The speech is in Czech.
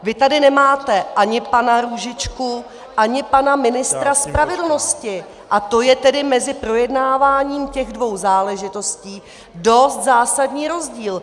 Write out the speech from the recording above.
Vy tady nemáte ani pana Růžičku, ani pana ministra spravedlnosti a to je tedy mezi projednáváním těch dvou záležitostí dost zásadní rozdíl!